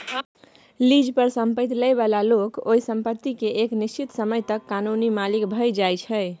lease पर संपैत लइ बला लोक ओइ संपत्ति केँ एक निश्चित समय तक कानूनी मालिक भए जाइ छै